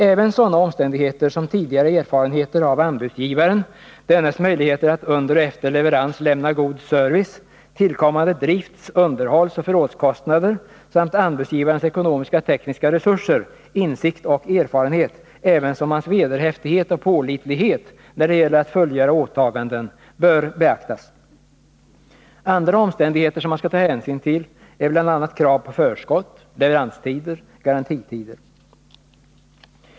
Även sådana omständigheter som tidigare erfarenheter av anbudsgivaren, dennes möjligheter att under och efter leverans lämna god service, tillkommande drifts-, underhållsoch förrådskostnader samt anbudsgivarens ekonomiska och tekniska resurser, insikt och erfarenhet ävensom hans vederhäftighet och pålitlighet när det gäller att fullgöra åtaganden bör beaktas. Andra omständigheter som man skall ta hänsyn till är bl.a. krav på förskott, leveranstider och garantitider.